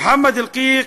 מוחמד אלקיק